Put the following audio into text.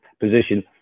position